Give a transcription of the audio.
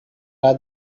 are